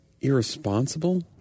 irresponsible